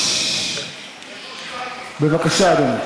בבקשה, אדוני.